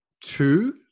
two